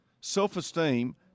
self-esteem